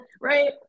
right